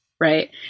Right